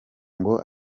ngo